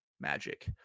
magic